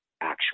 actual